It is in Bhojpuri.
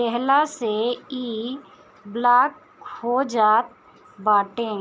देहला से इ ब्लाक हो जात बाटे